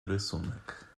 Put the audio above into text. rysunek